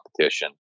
competition